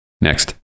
Next